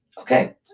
Okay